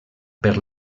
per